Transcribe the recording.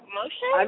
motion